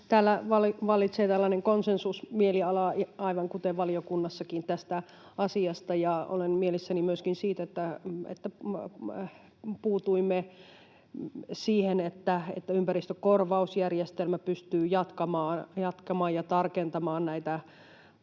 täällä vallitsee tällainen konsensusmieliala tästä asiasta, aivan kuten valiokunnassakin. Olen mielissäni myöskin siitä, että puutuimme siihen, että ympäristökorvausjärjestelmä pystyy jatkamaan ja tarkentamaan näitä